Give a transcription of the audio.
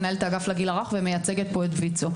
מנהלת האגף לגיל הרך ומייצגת פה את ויצ"ו.